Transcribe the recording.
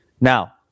Now